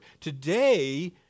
Today